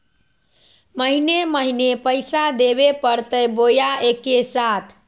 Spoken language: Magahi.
महीने महीने पैसा देवे परते बोया एके साथ?